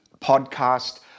podcast